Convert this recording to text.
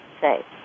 say